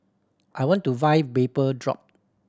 I want to buy Vapodrop